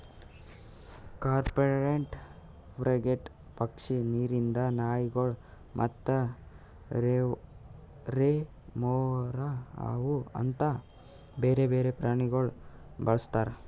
cormorant, frigate ಪಕ್ಷಿ, ನೀರಿಂದ್ ನಾಯಿಗೊಳ್ ಮತ್ತ ರೆಮೊರಾ ಅಂತ್ ಬ್ಯಾರೆ ಬೇರೆ ಪ್ರಾಣಿಗೊಳ್ ಬಳಸ್ತಾರ್